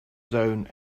zone